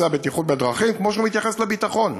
הבטיחות בדרכים כמו שהיא מתייחסת לביטחון,